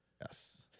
Yes